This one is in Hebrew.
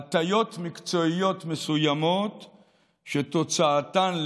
הטיות מקצועיות מסוימות שתוצאתן,